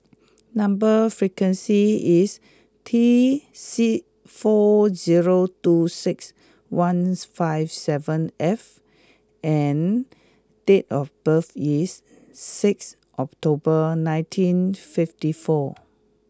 number sequence is T four zero two six one five seven F and date of birth is sixth October nineteen fifty four